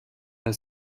der